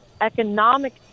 economic